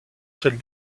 celle